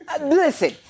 listen